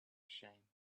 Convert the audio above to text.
shame